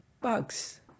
bugs